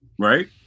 right